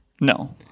No